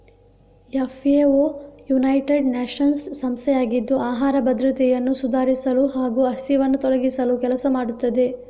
FAO united nations ಸಂಸ್ಥೆಯಾಗಿದ್ದು ಆಹಾರ ಭದ್ರತೆಯನ್ನು ಸುಧಾರಿಸಲು ಹಾಗೂ ಹಸಿವನ್ನು ತೊಲಗಿಸಲು ಕೆಲಸ ಮಾಡುತ್ತದೆ